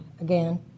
again